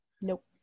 Nope